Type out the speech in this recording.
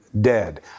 dead